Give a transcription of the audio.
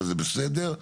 וזה בסדר,